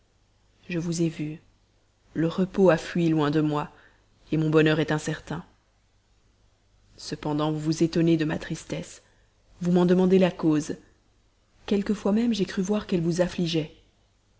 je vous ai vue le repos a fui loin de moi mon bonheur est incertain cependant vous vous étonnez de ma tristesse vous m'en demandez la cause quelquefois même j'ai cru voir qu'elle vous